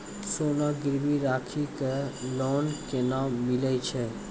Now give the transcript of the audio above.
सोना गिरवी राखी कऽ लोन केना मिलै छै?